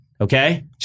Okay